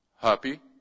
happy